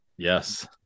Yes